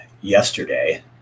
yesterday